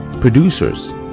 producers